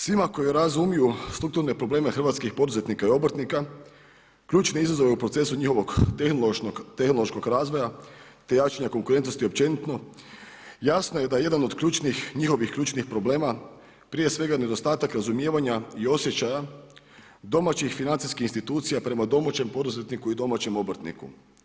Svima koji razumiju strukturne probleme hrvatskih poduzetnika i obrtnika ključni izazovi u procesu njihovog tehnološkog razvoja te jačanja konkurentnosti općenito jasno je da jedan od ključnih, njihovih ključnih problema, prije svega nedostatak razumijevanja i osjećaja domaćih financijskih institucija prema domaćem poduzetniku i domaćem obrtniku.